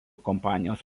kompanijos